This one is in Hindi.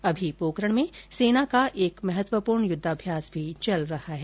अभी पोकरण में सेना का एक महत्वपूर्ण युद्वाभ्यास भी चल रहा है